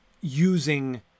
using